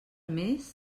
més